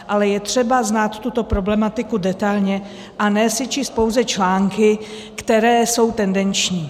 Ale je třeba znát tuto problematiku detailně, a ne si číst pouze články, které jsou tendenční.